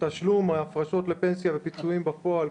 תשלום ההפרשות לפנסיה ופיצויים בפועל,